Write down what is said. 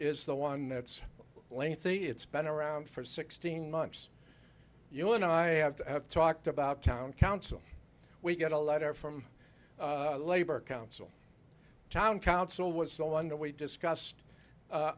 is the one that's lengthy it's been around for sixteen months you and i have talked about town council we get a letter from the labor council town council was on the way discussed